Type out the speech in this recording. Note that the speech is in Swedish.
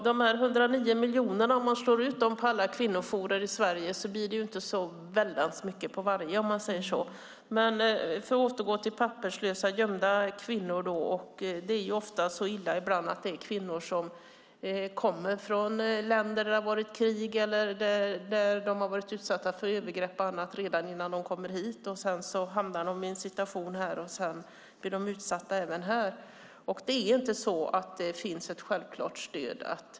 Herr talman! Om man slår ut de 109 miljonerna på alla kvinnojourer i Sverige blir det inte så väldans mycket på varje, om man säger så. Låt oss återgå till papperslösa gömda kvinnor. Ofta är det så illa att det är kvinnor som kommer från länder där det har varit krig och som har varit utsatta för övergrepp och annat redan innan de kommer hit. Sedan hamnar de i en situation där de blir utsatta även här. Det finns inte något självklart stöd.